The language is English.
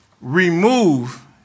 Remove